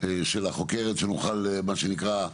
של החוקרת, שנוכל מה שנקרא,